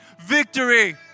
Victory